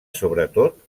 sobretot